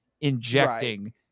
injecting